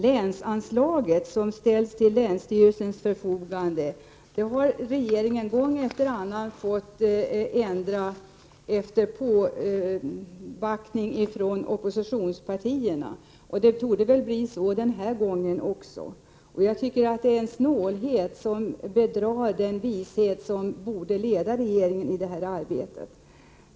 Länsanslaget som ställs till länsstyrelsens förfogande har regeringen gång efter annan efter påbackning från oppositionspartierna fått ändra. Det torde väl bli så även denna gång. Jag tycker att snålheten bedrar den vishet som borde leda regeringen i detta arbete.